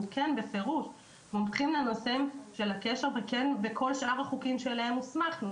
אנחנו מומחים לנושא הקשר ולכל שאר החוקים שאליהם הוסמכנו.